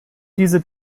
diese